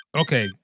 Okay